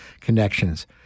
connections